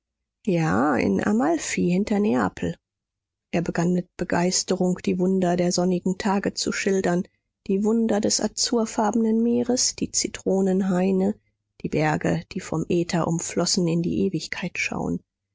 ja in amalfi hinter neapel er begann mit begeisterung die wunder der sonnigen tage zu schildern die wunder des azurfarbenen meeres die zitronenhaine die berge die vom äther umflossen in die ewigkeit schauen